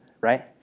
Right